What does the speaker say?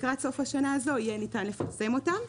לקראת סוף השנה הזאת ניתן יהיה לפרסם אותם.